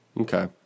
Okay